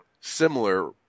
similar